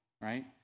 right